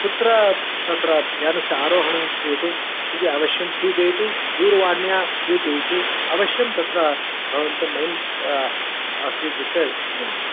कुत्र तत्र यानस्य आरोहणं क्रियते इति अवश्यं सूचयतु दूरवाण्या सूचयतु अवश्यं तत्र भवन्तं वयं स्वीकृत्य नयामः